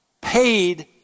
paid